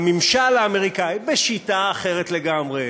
בממשל האמריקני, בשיטה אחרת לגמרי,